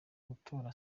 gutora